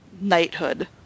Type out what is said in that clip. knighthood